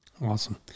Awesome